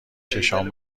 چشام